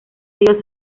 río